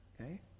Okay